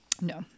no